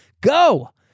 go